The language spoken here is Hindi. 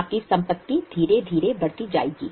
आपकी संपत्ति धीरे धीरे बढ़ती जाएगी